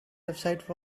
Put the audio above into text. website